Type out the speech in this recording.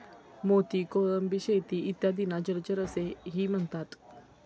मोती, कोळंबी शेती इत्यादींना जलचर असेही म्हणतात